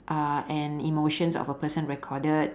uh and emotions of a person recorded